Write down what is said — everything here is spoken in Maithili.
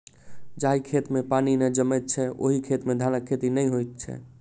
जाहि खेत मे पानि नै जमैत छै, ओहि खेत मे धानक खेती नै होइत छै